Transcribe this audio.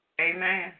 Amen